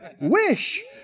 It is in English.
wish